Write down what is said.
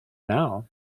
now